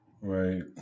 Right